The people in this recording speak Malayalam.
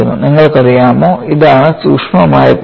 നിങ്ങൾക്കറിയാമോ ഇതാണ് സൂക്ഷ്മമായ പോയിന്റ്